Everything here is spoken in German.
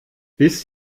bis